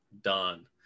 done